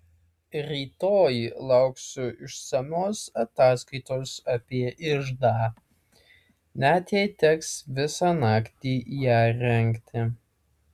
rytoj lauksiu išsamios ataskaitos apie iždą net jei teks visą naktį ją rengti